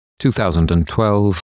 2012